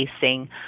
facing